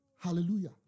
Hallelujah